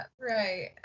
right